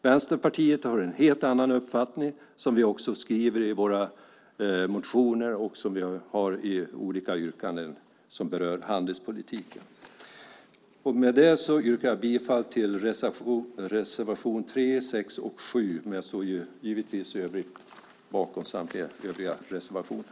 Vänsterpartiet har en helt annan uppfattning, som vi också skriver i våra motioner och i olika yrkanden som berör handelspolitiken. Med detta yrkar jag bifall till reservationerna 3, 6 och 7, men jag står givetvis bakom samtliga övriga reservationer.